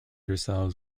ourselves